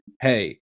hey